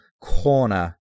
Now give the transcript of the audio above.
corner